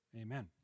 Amen